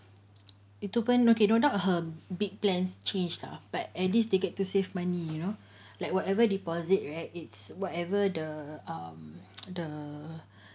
itu pun okay no doubt her big plans changed ah but at least they get to save money you know like whatever deposit right it's whatever the um the